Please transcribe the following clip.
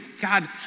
God